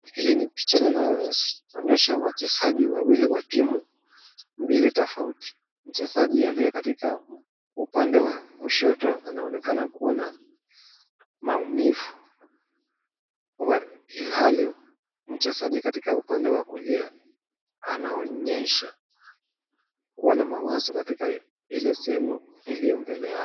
Hili ni picha linaloonyesha wachezaji wawili wa timu mbili tofauti. Mchezaji aliyekatika upande wa kushoto anaonekana kuwa na maumivu ilhali mchezaji katika upande wa kulia anaonyesha kuwa na mawazo katika ile sehemu iliyo mbele yao.